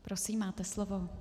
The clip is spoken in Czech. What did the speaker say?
Prosím, máte slovo.